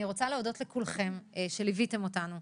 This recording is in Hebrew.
אני רוצה להודות לכולכם שליוויתם אותנו,